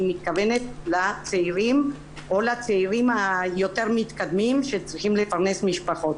אני מתכוונת לצעירים או לצעירים היותר מתקדמים שצריכים לפרנס משפחות.